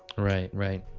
right, right,